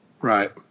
Right